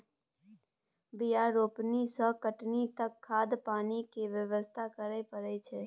बीया रोपनी सँ कटनी तक खाद पानि केर बेवस्था करय परय छै